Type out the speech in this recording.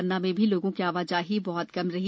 न्ना में भी लोगों की आवाजाही बह्त कम रही